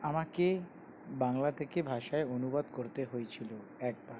আমাকে বাংলা থেকে ভাষায় অনুবাদ করতে হয়েছিল একবার